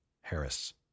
Harris